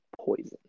poison